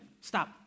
Stop